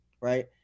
right